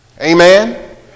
Amen